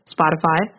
Spotify